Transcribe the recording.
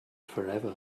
forever